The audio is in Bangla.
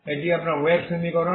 এটি আপনার ওয়েভ সমীকরণ